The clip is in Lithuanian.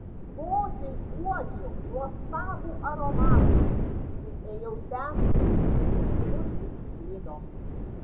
godžiai uodžiau nuostabų aromatą ir ėjau ten iš kur jis sklido